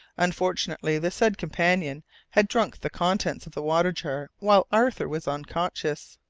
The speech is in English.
unfortunately, the said companion had drunk the contents of the water jar while arthur was unconscious,